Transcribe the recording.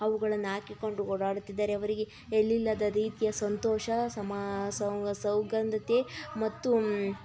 ಅವುಗಳನ್ನು ಹಾಕಿಕೊಂಡು ಓಡಾಡುತ್ತಿದ್ದರೆ ಅವರಿಗೆ ಎಲ್ಲಿಲ್ಲದ ರೀತಿಯ ಸಂತೋಷ ಸಮಾ ಸೌಗಂಧತೆ ಮತ್ತು